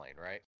right